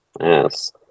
Yes